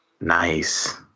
Nice